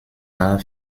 war